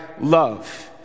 love